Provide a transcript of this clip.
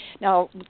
Now